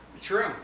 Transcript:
True